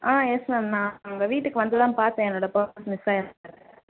ஆ yes ma'am நான் அங்கே வீட்டுக்கு வந்து தான் பார்த்தேன் என்னோட பேர்ஸ் மிஸ் ஆயிருந்ததை